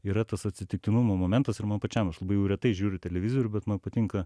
yra tas atsitiktinumo momentas ir man pačiam aš labai jau retai žiūriu televizorių bet man patinka